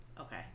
Okay